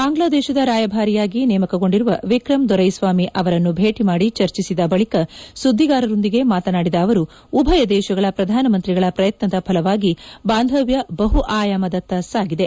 ಬಾಂಗ್ಲಾದೇಶದ ರಾಯಭಾರಿಯಾಗಿ ನೇಮಕಗೊಂಡಿರುವ ವಿಕ್ರಂ ದೊರೈಸ್ವಾಮಿ ಅವರನ್ನು ಭೇಟಿ ಮಾಡಿ ಚರ್ಜಿಸಿದ ಬಳಿಕ ಸುದ್ದಿಗಾರರೊಂದಿಗೆ ಮಾತನಾಡಿದ ಅವರು ಉಭಯ ದೇಶಗಳ ಪ್ರಧಾನಮಂತ್ರಿಗಳ ಪ್ರಯತ್ನದ ಫಲವಾಗಿ ಬಾಂಧವ್ಯ ಬಹು ಆಯಾಮದತ್ತ ಸಾಗಿದೆ